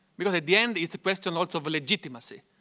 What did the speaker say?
because at the end, it's a question of legitimacy,